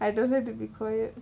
I don't have to be quiet